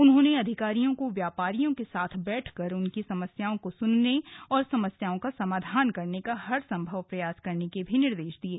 उन्होंने अधिकारियों को व्यापारियों के साथ बैठकर उनकी समस्याओं को सुनने और समस्याओं का समाधान करने का हर समभव प्रयास करने के निर्देश भी दिये